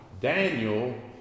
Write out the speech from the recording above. Daniel